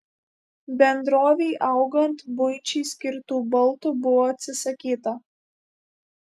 bendrovei augant buičiai skirtų baldų buvo atsisakyta